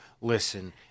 listen